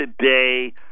today